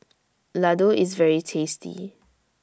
Laddu IS very tasty